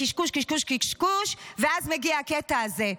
קשקוש, קשקוש, קשקוש, ואז מגיע הקטע הזה: